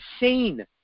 insane